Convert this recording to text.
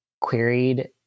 queried